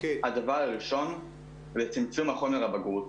הדבר הראשון הוא צמצום חומר הבגרות.